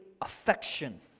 affection